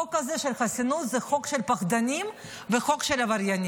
החוק הזה של החסינות זה חוק של פחדנים וחוק של עבריינים.